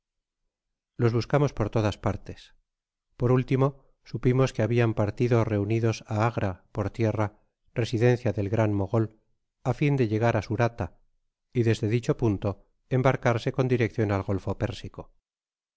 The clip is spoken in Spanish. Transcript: los buscamos por todas partes por último supimos que habian partido reunidos á agra por tierra residencia del gran mogol a fin de llegar á surata y desde dicho punto embarcarse con direccion al golfo persico